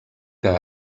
que